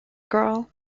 girl